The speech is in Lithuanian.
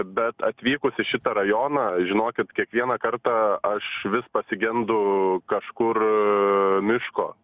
bet atvykus į šitą rajoną žinokit kiekvieną kartą aš vis pasigendu kažkur miško